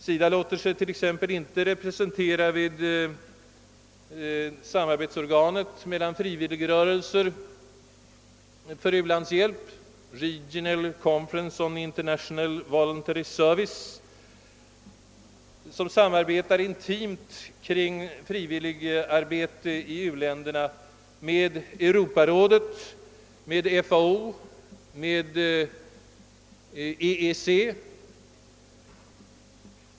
SIDA låter sig t.ex. inte representeras i samarbetsorganet mellan frivilligrörelser för ulandshjälp, Regional Conference on International Voluntary Service, som samarbetar intimt om frivilligarbetet i u-länderna med bl.a. Europarådet, FAO och EEC.